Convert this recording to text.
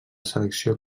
selecció